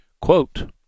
Quote